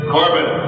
Corbin